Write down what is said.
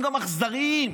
גם אם זה נכון,